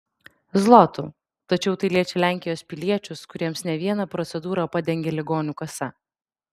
zlotų tačiau tai liečia lenkijos piliečius kuriems ne vieną procedūrą padengia ligonių kasa